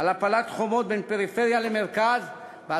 על הפלת חומות בין פריפריה למרכז ועל